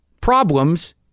problems